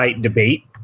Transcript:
debate